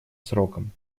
сроком